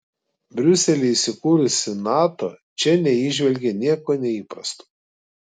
briuselyje įsikūrusi nato čia neįžvelgė nieko neįprasto